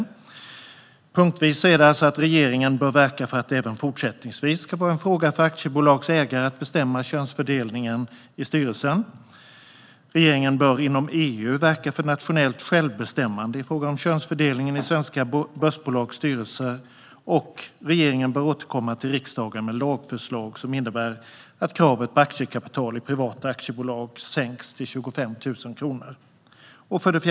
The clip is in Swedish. Det handlar alltså om följande punkter: Regeringen bör verka för att det även fortsättningsvis ska vara en fråga för aktiebolags ägare att bestämma könsfördelningen i styrelsen. Regeringen bör inom EU verka för nationellt självbestämmande i fråga om könsfördelningen i svenska börsbolags styrelser. Regeringen bör återkomma till riksdagen med lagförslag som innebär att kravet på aktiekapital i privata aktiebolag sänks till 25 000 kronor.